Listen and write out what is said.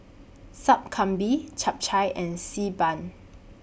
Sup Kambing Chap Chai and Xi Ban